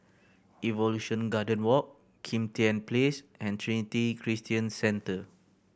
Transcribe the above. Evolution Garden Walk Kim Tian Place and Trinity Christian Centre